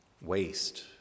Waste